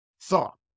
thought